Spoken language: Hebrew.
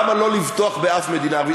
למה לא לבטוח בשום מדינה ערבית.